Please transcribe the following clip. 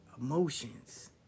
Emotions